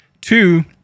Two